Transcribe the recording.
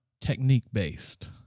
technique-based